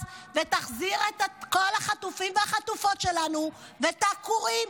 ותחזיר את כל החטופים והחטופות שלנו ואת העקורים,